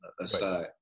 aside